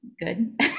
good